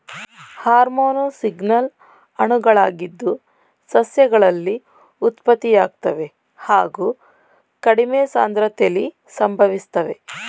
hormone signal ಅಣುಗಳಾಗಿದ್ದು ಸಸ್ಯಗಳಲ್ಲಿ ಉತ್ಪತ್ತಿಯಾಗ್ತವೆ ಹಾಗು ಕಡಿಮೆ ಸಾಂದ್ರತೆಲಿ ಸಂಭವಿಸ್ತವೆ